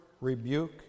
rebuke